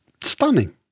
stunning